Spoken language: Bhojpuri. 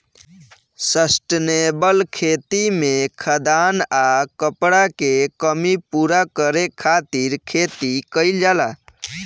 सस्टेनेबल खेती में खाद्यान आ कपड़ा के कमी पूरा करे खातिर खेती कईल जाला